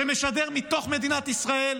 שמשדר מתוך מדינת ישראל.